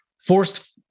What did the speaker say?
forced